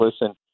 listen